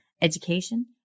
education